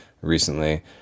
recently